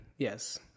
Yes